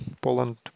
Poland